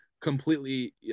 completely